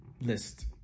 list